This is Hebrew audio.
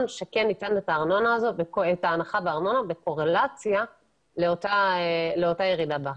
שכן ייתן את ההנחה בארנונה בקורלציה לאותה ירידה בהכנסות.